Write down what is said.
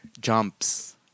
Jumps